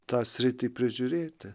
tą sritį prižiūrėti